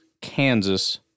Kansas